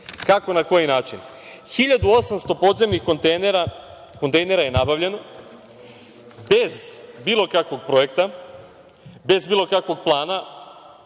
Kako i na koji način? Hiljadu i 800 podzemnih kontejnera je nabavljeno bez bilo kakvog projekta, bez bilo kakvog plana,